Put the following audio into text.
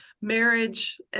marriage